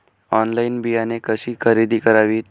Online बियाणे कशी खरेदी करावीत?